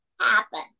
happen